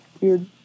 weird